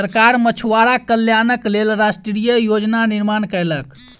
सरकार मछुआरा कल्याणक लेल राष्ट्रीय योजना निर्माण कयलक